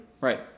Right